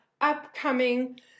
upcoming